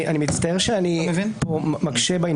אני מצטער שאני מקשה --- יואב,